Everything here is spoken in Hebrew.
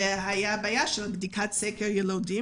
הייתה בעיה בעניין בדיקת סקר יילודים